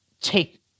take